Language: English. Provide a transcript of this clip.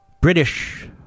British